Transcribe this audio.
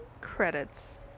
Credits